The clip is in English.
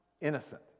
innocent